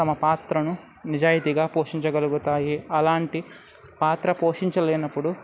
తమ పాత్రను నిజాయితీగా పోషించగలుగుతాయి అలాంటి పాత్ర పోషించలేనప్పుడు